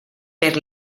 per